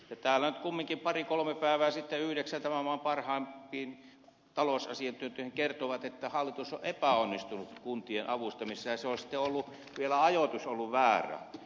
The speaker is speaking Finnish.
täällä nyt kumminkin pari kolme päivää sitten yhdeksän tämän maan parhaimpiin kuuluvaa talousasiantuntijaa kertoi että hallitus on epäonnistunut kuntien avustamisessa ja vielä ajoitus on ollut väärä